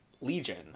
Legion